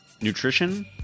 nutrition